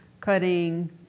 cutting